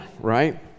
right